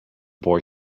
boy